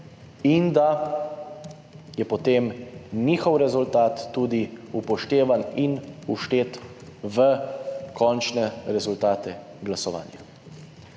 in da je potem njihov rezultat tudi upoštevan in vštet v končne rezultate glasovanja,